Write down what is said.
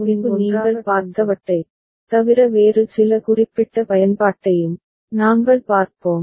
சரி என்பதற்கு முன்பு நீங்கள் பார்த்தவற்றைத் தவிர வேறு சில குறிப்பிட்ட பயன்பாட்டையும் நாங்கள் பார்ப்போம்